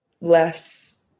less